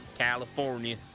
California